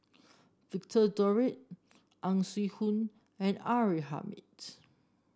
Victor Doggett Ang Swee Aun and R A Hamid